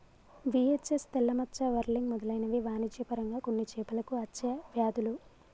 VHS, తెల్ల మచ్చ, whirling మెదలైనవి వాణిజ్య పరంగా కొన్ని చేపలకు అచ్చే వ్యాధులు